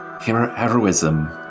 Heroism